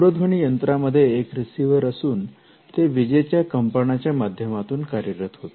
दूरध्वनी यंत्रांमध्ये एक रिसिव्हर असून ते विजेच्या कंपनाच्या माध्यमातून कार्यरत होते